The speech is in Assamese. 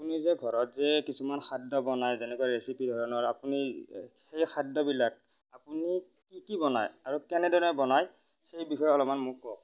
আপুনি যে ঘৰত যে কিছুমান খাদ্য বনায় যেনেকৈ ৰেচিপি ধৰণৰ আপুনি সেই খাদ্যবিলাক আপুনি কি কি বনায় আৰু কেনেদৰে বনাই সেইবিষয়ে অলপমান মোক কওঁক